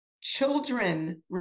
children